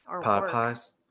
Papas